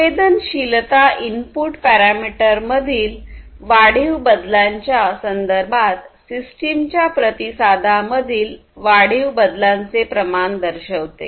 संवेदनशीलता इनपुट पॅरामीटरमधील वाढीव बदलांच्या संदर्भात सिस्टमच्या प्रतिसादामधील वाढीव बदलाचे प्रमाण दर्शवते